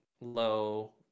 low